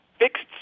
fixed